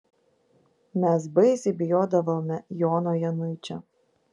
mes baisiai bijodavome jono januičio